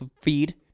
feed